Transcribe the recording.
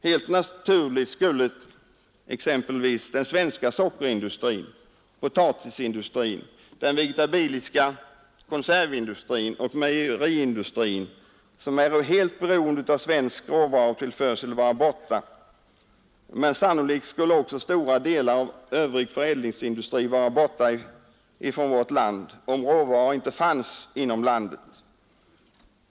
Helt naturligt skulle exempelvis den svenska sockerindustrin, potatisindustrin, den vegetabiliska konservindustrin och mejeriindustrin, som är helt beroende av svensk råvarutillförsel, vara borta, men sannolikt skulle också stora delar av övrig förädlingsindustri vara borta från vårt land, om råvaror inte funnes inom landet.